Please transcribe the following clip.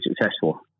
successful